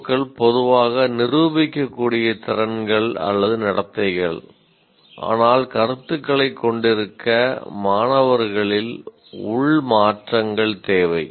ஓக்கள் பொதுவாக நிரூபிக்கக்கூடிய திறன்கள் அல்லது நடத்தைகள் ஆனால் கருத்துக்களைக் கொண்டிருக்க மாணவர்களில் உள் மாற்றங்கள் தேவை